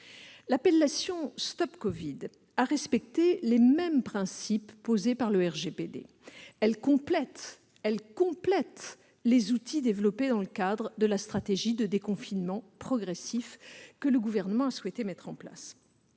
L'application StopCovid a respecté les mêmes principes posés par le RGPD. Elle complète les outils développés dans le cadre de la stratégie de déconfinement progressif que le Gouvernement a souhaité mettre en place.